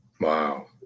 Wow